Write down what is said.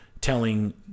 telling